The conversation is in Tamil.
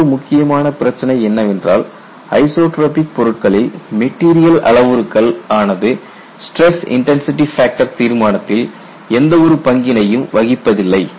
மற்றொரு முக்கியமான பிரச்சனை என்னவென்றால் ஐசோட்ரோபிக் பொருட்களில் மெட்டீரியல் அளவுருக்கள் ஆனது ஸ்டிரஸ் இன்டன்சிடி ஃபேக்டர் தீர்மானத்தில் எந்த ஒரு பங்கினையும் வகிப்பதில்லை